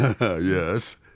Yes